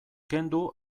kendu